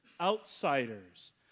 outsiders